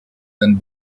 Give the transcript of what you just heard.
than